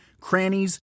crannies